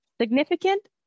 Significant